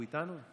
הוא איתנו?